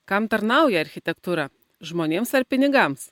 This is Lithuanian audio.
kam tarnauja architektūra žmonėms ar pinigams